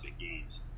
games